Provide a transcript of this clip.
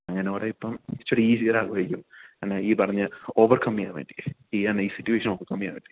അങ്ങനെ കുറെ ഇപ്പം ചെറിയ ആകുമായിരിക്കും എന്നാ ഈ പറഞ്ഞ ഓവർകം ചെയ്യാൻ വേണ്ടി ഈ ഈ സിറ്റുവേഷൻ ഓവർകം ചെയ്യാൻ വേണ്ടി